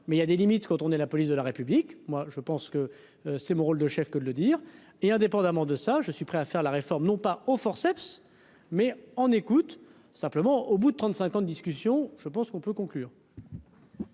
mais il y a des limites quand on est la police de la République, moi je pense que c'est mon rôle de chef que de le dire, et indépendamment de ça, je suis prêt à faire la réforme non pas au forceps mais on écoute simplement au bout de 35 ans, discussion, je pense qu'on peut conclure.